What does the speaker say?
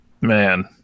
Man